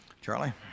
Charlie